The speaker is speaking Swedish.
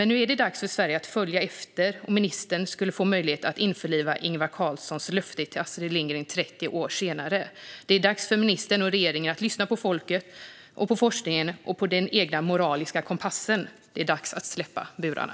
Nu är det dock dags för Sverige att följa efter, och ministern skulle få möjlighet att införliva Ingvar Carlssons löfte till Astrid Lindgren 30 år senare. Det är dags för ministern och regeringen att lyssna på folket, på forskningen och på den egna moraliska kompassen. Det är dags att släppa burarna.